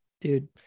dude